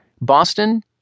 Boston